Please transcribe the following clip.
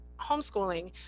homeschooling